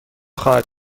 خواهد